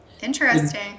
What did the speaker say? Interesting